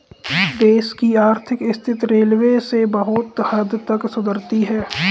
देश की आर्थिक स्थिति रेलवे से बहुत हद तक सुधरती है